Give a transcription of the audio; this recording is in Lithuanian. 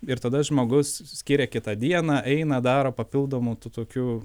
ir tada žmogus skiria kitą dieną eina daro papildomų tų tokių